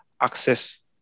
access